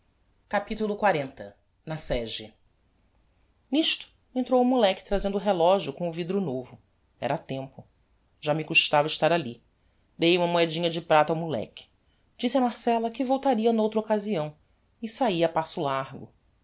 capitulo xl na sege nisto entrou o moleque trazendo o relogio com o vidro novo era tempo já me custava estar alli dei uma moedinha de prata ao moleque disse a marcella que voltaria n'outra occasião e saí a passo largo